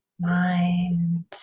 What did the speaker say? Mind